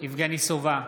יבגני סובה,